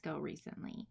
recently